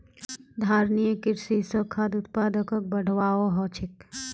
धारणिये कृषि स खाद्य उत्पादकक बढ़ववाओ ह छेक